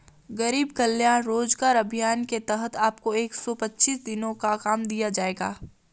गरीब कल्याण रोजगार अभियान के तहत आपको एक सौ पच्चीस दिनों का काम दिया जाएगा